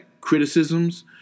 criticisms